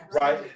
right